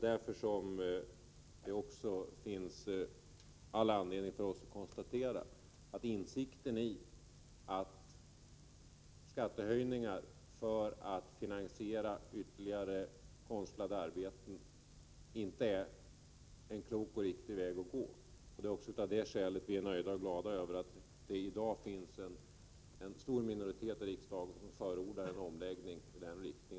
Därför finns det också all anledning för oss att betona att skattehöjningar för att finansiera ytterligare konstlade arbeten inte är en klok och riktig väg att gå. Också av det skälet är vi nöjda och glada över att det i dag finns en stor minoritet i riksdagen som förordar en omedelbar omläggning.